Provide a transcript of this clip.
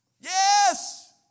yes